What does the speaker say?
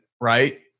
right